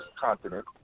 continent